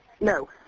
No